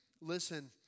listen